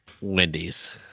Wendy's